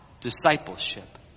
discipleship